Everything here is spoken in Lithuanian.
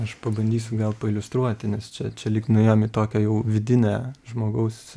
aš pabandysiu gal pailiustruoti nes čia lyg nuėjom į tokią jau vidinę žmogaus